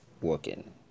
working